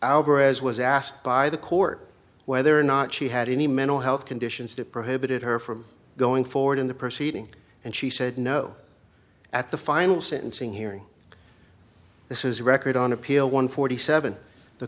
alvarez was asked by the court whether or not she had any mental health conditions that prohibited her from going forward in the proceeding and she said no at the final sentencing hearing this is record on appeal one forty seven the